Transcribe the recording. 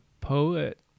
poet